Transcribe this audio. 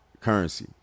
Currency